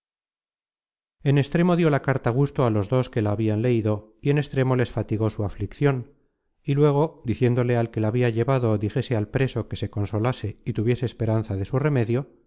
en extremo dió la carta gusto á los dos que la habian leido y en extremo les fatigó su afliccion y luego diciéndole al que la habia llevado dijese al preso que se consolase y tuviese esperanza de su remedio